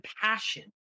passion